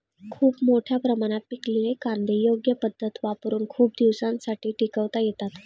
खूप मोठ्या प्रमाणात पिकलेले कांदे योग्य पद्धत वापरुन खूप दिवसांसाठी टिकवता येतात